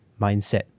mindset